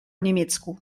niemiecku